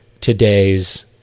today's